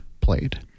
played